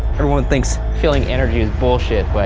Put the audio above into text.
everyone thinks feeling energy is bullshit, but